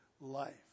life